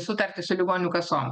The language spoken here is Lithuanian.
sutartį su ligonių kasom